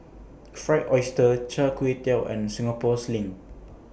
Fried Oyster Char Kway Teow and Singapore Sling